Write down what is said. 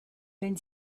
wenn